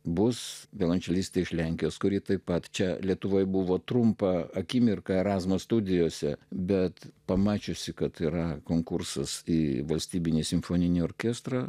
bus violončelistė iš lenkijos kuri taip pat čia lietuvoje buvo trumpa akimirka erasmus studijose bet pamačiusi kad yra konkursas į valstybinį simfoninį orkestrą